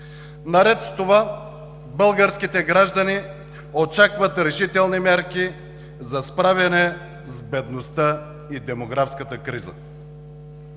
Наред с това българските граждани очакват решителни мерки за справяне с бедността и демографската криза.